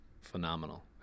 phenomenal